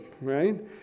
right